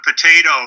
potato